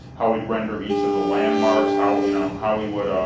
how we'd render each of the landmarks, how ah you know how we would